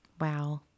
Wow